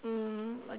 mm